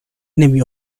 نمی